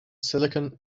silicon